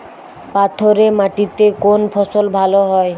পাথরে মাটিতে কোন ফসল ভালো হয়?